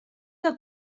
que